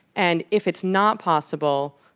and if it's not possible,